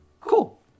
Cool